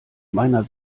meiner